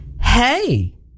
Hey